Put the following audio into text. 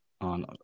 on